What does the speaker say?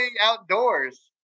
Outdoors